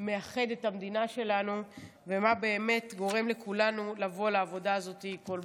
מאחד את המדינה שלנו ומה באמת גורם לכולנו לבוא לעבודה הזאת כל בוקר.